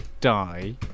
die